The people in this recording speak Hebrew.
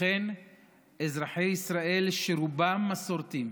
לכן אזרחי ישראל, שרובם מסורתיים,